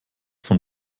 von